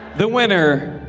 the winner,